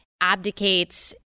abdicates